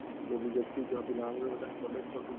ଯଦି ଯେତିକିଟା ପିଲା ଆନ୍ବ ବୋଲେ କଲେଜ ଫଟୋ